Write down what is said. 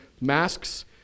masks